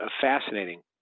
fascinating